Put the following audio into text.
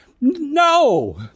No